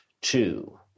Two